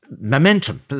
Momentum